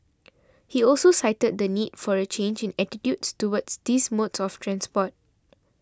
he also cited the need for a change in attitudes towards these modes of transport